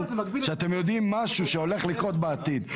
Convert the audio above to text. שאתם יודעים משהו שהולך לקרות בעתיד?